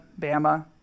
bama